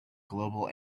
global